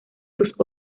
sus